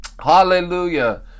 Hallelujah